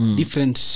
different